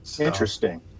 interesting